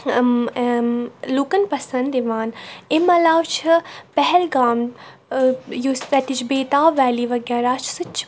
لُکَن پَسنٛد یِوان یِم علاوٕ چھِ پہلگام یُس تَتِچ بیتاب ویلی وَغیرہ چھِ سُہ چھُ